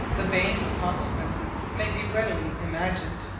the baneful consequences may be readily imagined.